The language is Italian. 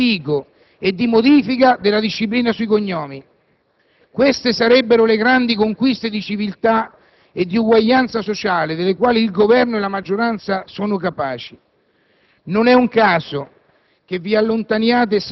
invece no: siamo costretti a parlare di DICO e di modifica della disciplina sui cognomi. Queste sarebbero le grandi conquiste di civiltà e di uguaglianza sociale delle quali il Governo e la maggioranza sono capaci.